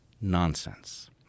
nonsense